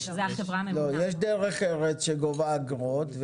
יש דרך ארץ שגובה אגרות,